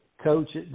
coach